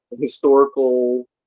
historical